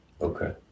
Okay